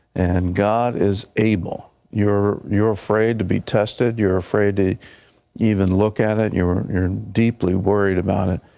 and god is able. you're you're afraid to be tested, you're afraid to even look at it, you're you're deeply worried about it.